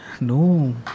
No